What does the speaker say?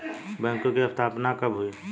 बैंकों की स्थापना कब हुई?